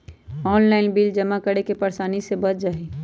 Online bill जमा करे से परेशानी से बच जाहई?